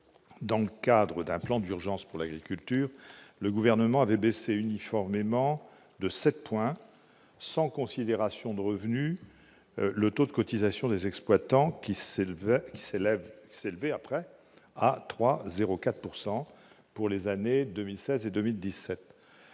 dans le cadre d'un plan d'urgence pour l'agriculture, le Gouvernement avait baissé uniformément de sept points, sans considération du revenu, le taux de cotisation des exploitants agricoles, qui a ainsi été fixé à 3,04 % pour les années 2016 et 2017.